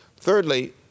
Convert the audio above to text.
Thirdly